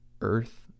earth